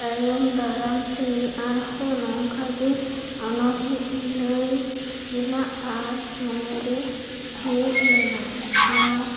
ᱛᱟᱭᱚᱢ ᱫᱟᱨᱟᱢ ᱛᱮ ᱟᱨᱦᱚᱸ ᱱᱚᱝᱠᱟ ᱜᱮ ᱟᱱᱚᱬᱦᱮᱸ ᱞᱟᱹᱭ ᱨᱮᱱᱟᱜ ᱟᱸᱥ ᱢᱚᱱᱮ ᱨᱮ ᱦᱮᱡ ᱞᱮᱱᱟ ᱟᱨ